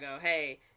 Hey